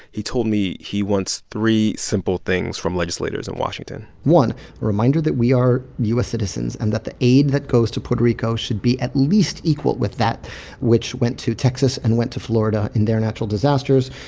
he told me he wants three simple things from legislators in washington one reminder that we are u s. citizens and that the aid that goes to puerto rico should be at least equal with that which went to texas and went to florida and their natural disasters.